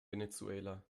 venezuela